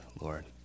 Lord